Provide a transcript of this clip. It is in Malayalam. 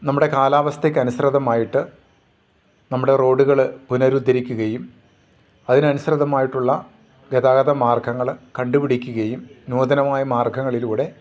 നമ്മുടെ കാലാവസ്ഥയ്ക്കനുസൃതമായിട്ട് നമ്മുടെ റോഡുകൾ പുനരുദ്ധരിക്കുകയും അതിനനുസൃതമായിട്ടുള്ള ഗതാഗത മാർഗ്ഗങ്ങൾ കണ്ടു പിടിക്കുകയും ന്യൂതനമായ മാർഗ്ഗങ്ങളിലൂടെ